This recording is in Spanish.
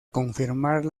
confirmar